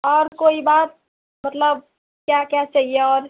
और कोई बात मतलब क्या क्या चाहिए और